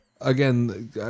again